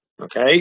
Okay